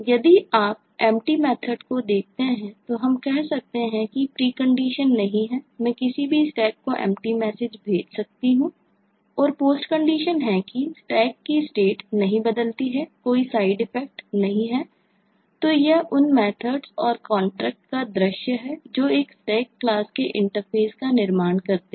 यदि आप Empty method को देखते हैं तो हम कह सकते हैं कि प्रीकंडीशन का निर्माण करते हैं